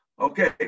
Okay